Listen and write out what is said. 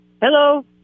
Hello